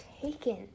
taken